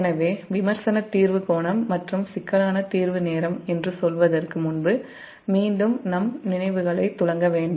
எனவே விமர்சன தீர்வு கோணம் மற்றும் சிக்கலான தீர்வு நேரம் என்று சொல்வதற்கு முன்பு மீண்டும் நம் நினைவுகளைத் துலக்க வேண்டும்